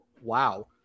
Wow